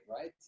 right